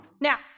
now